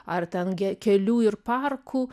ar ten ge kelių ir parkų